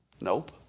Nope